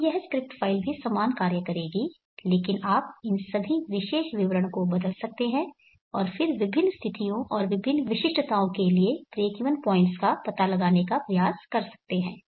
अब यह script file भी समान कार्य करेगी लेकिन आप इन सभी विशेष विवरण को बदल सकते हैं और फिर विभिन्न स्थितियों और विभिन्न विशिष्टताओं के लिए ब्रेकइवन पॉइंट्स का पता लगाने का प्रयास कर सकते हैं